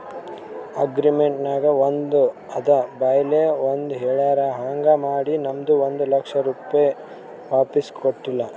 agreement ನಾಗ್ ಒಂದ್ ಅದ ಬಾಯ್ಲೆ ಒಂದ್ ಹೆಳ್ಯಾರ್ ಹಾಂಗ್ ಮಾಡಿ ನಮ್ದು ಒಂದ್ ಲಕ್ಷ ರೂಪೆ ವಾಪಿಸ್ ಕೊಟ್ಟಿಲ್ಲ